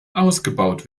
ausgebaut